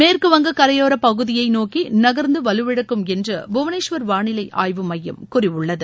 மேற்குவங்க கரையோரப் பகுதியை நோக்கி நகர்ந்து வலுவிழக்கும் என்று புவனேஷ்வர் வானிலை ஆய்வு மையம் கூறியுள்ளது